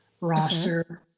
Roster